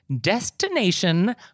destination